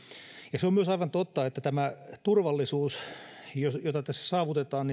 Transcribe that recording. ja se on myös aivan totta että tämä turvallisuus jota tässä saavutetaan